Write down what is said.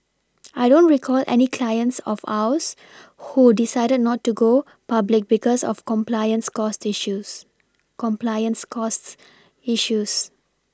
I don't recall any clients of ours who decided not to go public because of compliance costs issues compliance costs issues